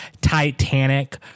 titanic